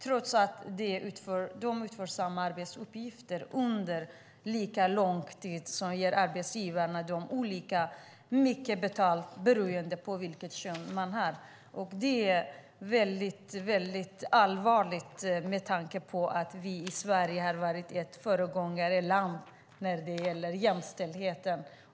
Trots att man utför samma arbetsuppgifter under lika lång tid ger arbetsgivarna olika mycket betalt beroende på vilket kön man har. Det här är väldigt allvarligt, med tanke på att vi i Sverige har varit ett föregångsland när det gäller jämställdhet.